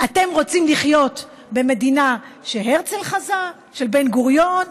אתם רוצים לחיות במדינה שהרצל חזה, של בן-גוריון?